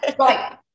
Right